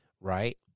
right